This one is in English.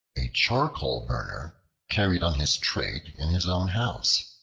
a charcoal-burner carried on his trade in his own house.